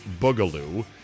boogaloo